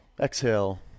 Exhale